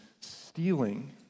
stealing